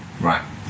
right